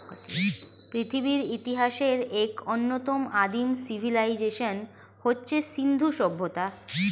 পৃথিবীর ইতিহাসের এক অন্যতম আদিম সিভিলাইজেশন হচ্ছে সিন্ধু সভ্যতা